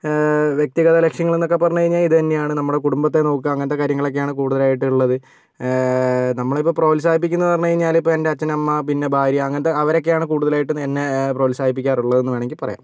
വ്യക്തികത ലക്ഷ്യങ്ങളെന്നൊക്കെ പറഞ്ഞ് കഴിഞ്ഞാൽ ഇതുതന്നെയാണ് നമ്മുടെ കുടുംബത്തെ നോക്കുക അങ്ങനത്തെ കാര്യങ്ങളൊക്കെയാണ് കൂടുതലായിട്ടും ഉള്ളത് നമ്മളെയിപ്പോൾ പ്രോത്സാഹിപ്പിക്കുന്നതെന്ന് പറഞ്ഞ് കഴിഞ്ഞാൽ ഇപ്പം എൻ്റെ അച്ഛൻ അമ്മ പിന്നെ ഭാര്യ അങ്ങനത്തെ അവരൊക്കെയാണ് കൂടുതലായിട്ട് എന്നെ പ്രോത്സാഹിപ്പിക്കാറുള്ളത് വേണമെങ്കിൽ പറയാം